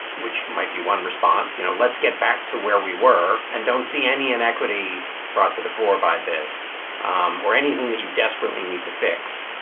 which might be one response, you know, let's get back to where we were and don't see any inequity brought to the fore by this um or anything that you desperately need to fix,